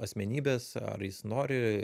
asmenybės ar jis nori